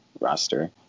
roster